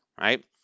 right